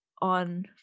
on